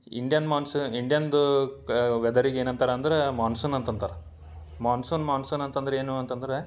Indian monsoon ಇಂಡಿಯನ್ನಿದೂ ವೆದರಿಗೆ ಏನು ಅಂತಾರೆ ಅಂದ್ರೆ ಮಾನ್ಸೂನ್ ಅಂತ ಅಂತಾರೆ ಮಾನ್ಸೂನ್ ಮಾನ್ಸೂನ್ ಅಂತಂದ್ರೆ ಏನೂ ಅಂತಂದ್ರೆ